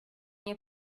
nie